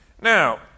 Now